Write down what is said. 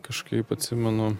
kažkaip atsimenu